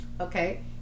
okay